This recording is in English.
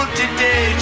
today